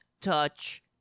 touch